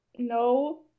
No